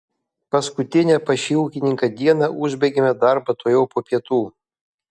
paskutinę pas šį ūkininką dieną užbaigėme darbą tuojau po pietų